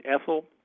Ethel